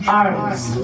arms